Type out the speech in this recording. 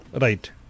Right